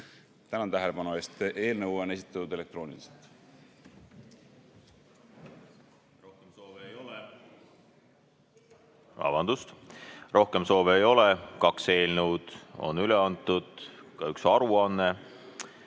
Tänan tähelepanu eest! Eelnõu on esitatud elektrooniliselt.